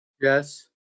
Yes